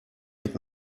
mit